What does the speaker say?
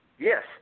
Yes